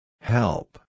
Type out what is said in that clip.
Help